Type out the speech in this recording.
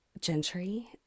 Gentry